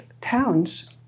towns